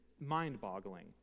mind-boggling